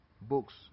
books